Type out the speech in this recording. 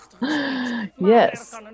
Yes